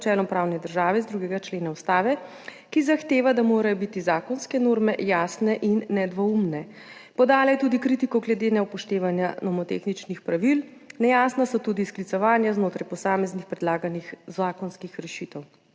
načelom pravne države iz 2. člena Ustave, ki zahteva, da morajo biti zakonske norme jasne in nedvoumne. Podala je tudi kritiko glede neupoštevanja nomotehničnih pravil. Nejasna so tudi sklicevanja znotraj posameznih predlaganih zakonskih rešitev.